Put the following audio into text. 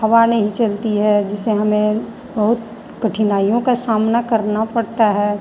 हवा नहीं चलती है जिससे हमें बहुत कठिनाईयों का सामना करना पड़ता है